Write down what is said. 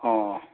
ꯑꯣ